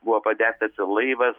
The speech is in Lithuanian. buvo padegtas ir laivas